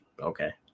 okay